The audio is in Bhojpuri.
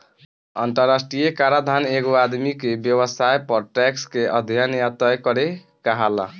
अंतरराष्ट्रीय कराधान एगो आदमी के व्यवसाय पर टैक्स के अध्यन या तय करे के कहाला